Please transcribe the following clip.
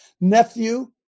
nephew